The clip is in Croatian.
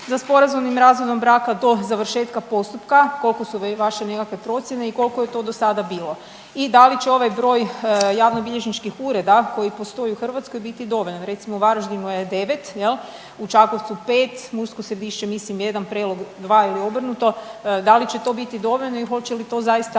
za sporazumnim razvodom braka do završetka postupka, koliko su vaše nekakve procjene i koliko je to do sada bilo. I da li će ovaj broj javnobilježničkih ureda koji postoji u Hrvatskoj biti dovoljan? Recimo, u Varaždinu je 9, je li, u Čakovcu 5, Mursko Središće mislim 1, Prelog 2 ili obrnuto, da li će to biti dovoljno i hoće li to zaista